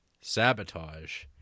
Sabotage